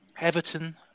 Everton